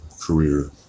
career